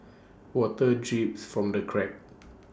water drips from the cracks